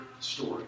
Story